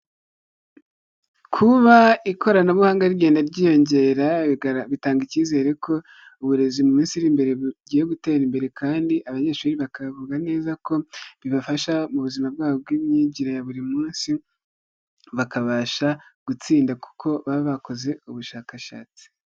Kuba ikoranabuhanga rigenda ryiyongera bitanga icyizere ko uburezi mu minsi iri imbere bugiye gutera imbere kandi abanyeshuri bakavuga neza ko bibafasha mu buzima bwabo bw'imyigire ya buri munsi bakabasha gutsinda kuko baba bakoze ubushakashatsi.